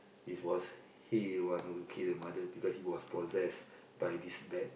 it was he the one who kill the mother but he was possessed by this bad